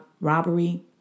robbery